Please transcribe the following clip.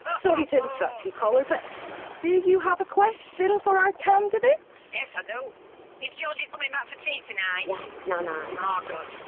sorry to interrupt you, caller, but do you have a question for our candidates? so is georgie coming back for tea tonight? yes, nana. oh good.